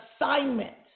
assignment